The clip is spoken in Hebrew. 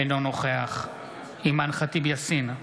אינו נוכח אימאן ח'טיב יאסין,